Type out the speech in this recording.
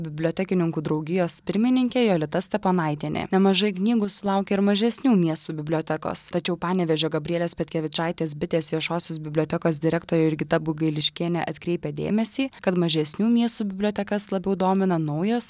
bibliotekininkų draugijos pirmininkė jolita steponaitienė nemažai knygų sulaukia ir mažesnių miestų bibliotekos tačiau panevėžio gabrielės petkevičaitės bitės viešosios bibliotekos direktorė jurgita bugailiškienė atkreipia dėmesį kad mažesnių miestų bibliotekas labiau domina naujos